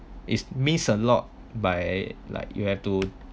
it means a lot by like you have to